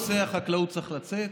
כל נושא החקלאות צריך לצאת,